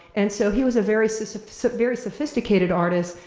and so he was a very so so so very sophisticated artist,